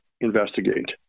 investigate